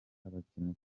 abakinnyi